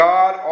God